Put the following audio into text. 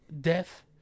Death